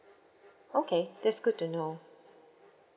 okay that's good to know